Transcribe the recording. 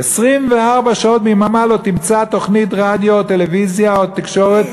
24 שעות ביממה לא תמצא תוכנית רדיו או טלוויזיה או תקשורת